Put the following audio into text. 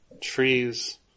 trees